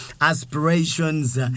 aspirations